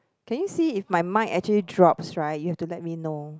can you see if my mic actually drops right you have to let me know